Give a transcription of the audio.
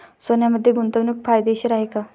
सोन्यामध्ये गुंतवणूक फायदेशीर आहे का?